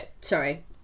sorry